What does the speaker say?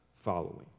following